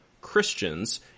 Christians